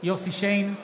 יוסף שיין,